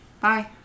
bye